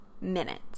minutes